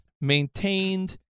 maintained